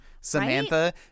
samantha